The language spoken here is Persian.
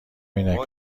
عینک